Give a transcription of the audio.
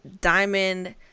diamond